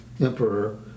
emperor